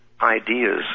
ideas